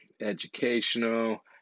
educational